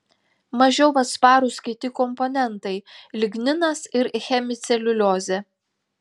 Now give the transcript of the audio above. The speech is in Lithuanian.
mažiau atsparūs kiti komponentai ligninas ir hemiceliuliozė